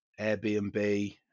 airbnb